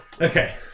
Okay